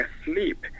asleep